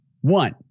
One